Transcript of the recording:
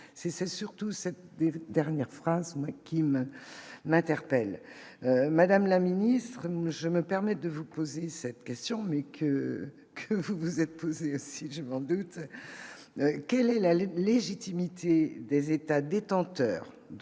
c'est surtout cette dérive dernière phrase qui me m'interpelle, madame la ministre, je me permets de vous poser cette question, mais que vous vous êtes posé, si j'ai vendu, quelle est la la légitimité des états détenteurs